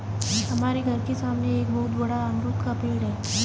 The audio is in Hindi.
हमारे घर के सामने एक बहुत बड़ा अमरूद का पेड़ है